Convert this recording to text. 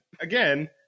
Again